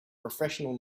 professional